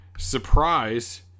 Surprise